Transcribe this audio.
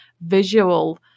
visual